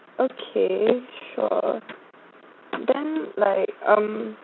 okay sure then like um